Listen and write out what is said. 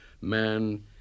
man